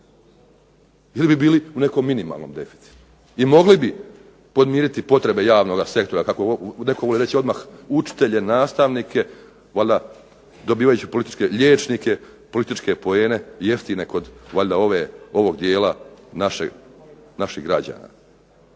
ili bi bili u nekom minimalnom deficitu. I mogli bi podmiriti potrebe javnog sektora kako netko reče odmah učitelje, nastavnike, dobivajući političke liječnike, političke poene jeftine kod ovog dijela naših građana,